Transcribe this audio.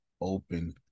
open